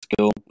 skill